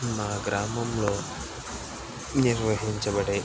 మా గ్రామంలో నిర్వహించబడే